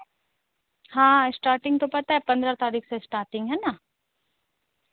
हाँ इस्टार्टिंग तो पता है पंद्रह तारीख से इस्टार्टिंग है ना